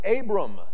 Abram